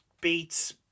beats